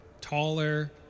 Taller